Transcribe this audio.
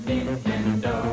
Nintendo